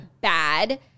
bad